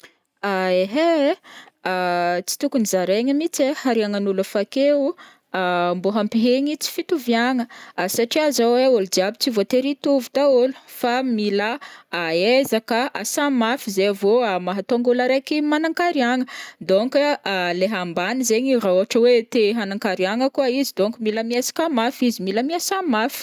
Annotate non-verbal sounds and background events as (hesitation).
(hesitation) ehe ai, (hesitation) tsy tokony ho zaraigna mihitsy ai hariagnan'ôlo efa akeo (hesitation) mbô hampihegny tsy fitoviagna satria zao ai ôlo jiaby tsy voatery hitôvy dahôlo fa mila (hesitation) ezaka, asa mafy zay vao mahatonga ôlo araiky manan-kariagna, donc (hesitation) leha ambany zaigny raha ohatra hoe te hanan-kariagna koa izy donc mila miezaka mafy izy, mila miasa mafy.